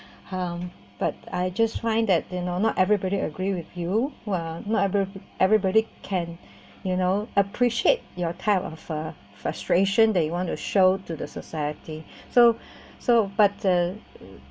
um but I just find that you know they are not everybody agrees with you uh not every~ everybody can you know appreciate your type of uh frustration that you wanted to show to the society so so but uh